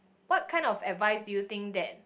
what kind of advice do you think that